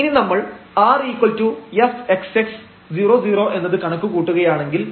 ഇനി നമ്മൾ rfxx 00 എന്നത് കണക്ക് കൂട്ടുകയാണെങ്കിൽ ഇത് പൂജ്യമായിരിക്കും